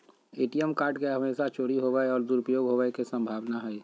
ATM card के हमेशा चोरी होवय और दुरुपयोग होवेय के संभावना हइ